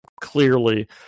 clearly